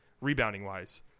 rebounding-wise